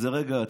זה רגע עצוב,